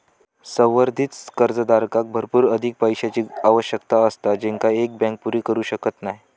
संवर्धित कर्जदाराक भरपूर अधिक पैशाची आवश्यकता असता जेंका एक बँक पुरी करू शकत नाय